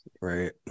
Right